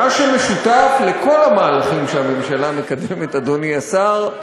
מה שמשותף לכל המהלכים שהממשלה מקדמת, אדוני השר,